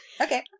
Okay